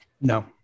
no